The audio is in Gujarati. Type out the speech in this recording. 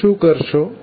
તમે શુ કરશો